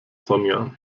sonja